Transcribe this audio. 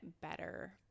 better